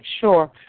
sure